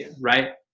right